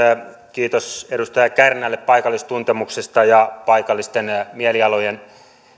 kiitos edustaja kärnälle paikallistuntemuksesta ja paikallisten mielialojen